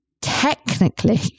technically